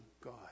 God